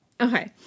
Okay